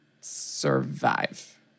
survive